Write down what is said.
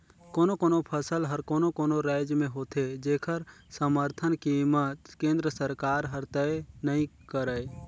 कोनो कोनो फसल हर कोनो कोनो रायज में होथे जेखर समरथन कीमत केंद्र सरकार हर तय नइ करय